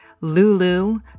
Lulu